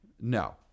No